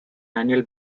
annual